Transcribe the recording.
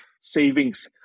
savings